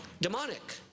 Demonic